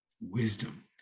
wisdom